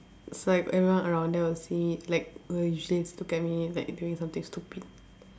it's like everyone around there will see me like will usually look at me like doing something stupid